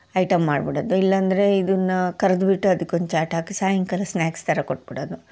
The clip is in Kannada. ಐಟಮ್ ಮಾಡ್ಬಿಡದು ಇಲ್ಲಂದರೆ ಇದನ್ನು ಕರ್ದುಬಿಟ್ಟು ಅದಕ್ಕೊಂದು ಚಾಟ್ ಹಾಕಿ ಸಾಯಂಕಾಲ ಸ್ನಾಕ್ಸ್ ಥರ ಕೊಟ್ಬಿಡದು